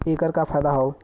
ऐकर का फायदा हव?